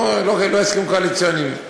לא הסכם קואליציוני.